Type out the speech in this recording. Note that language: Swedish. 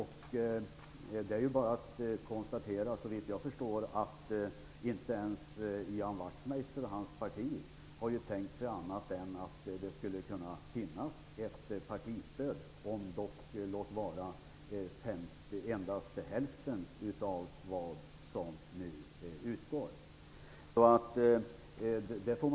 Det är bara att konstatera att inte ens Ian Wachtmeister och hans parti har tänkt sig något annat än att det skall finnas ett partistöd, låt vara att det är endast hälften av vad som nu utgår.